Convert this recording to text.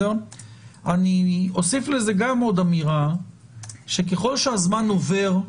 אני אוסיף לזה גם עוד אמירה שככל שהזמן עובר,